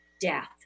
death